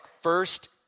first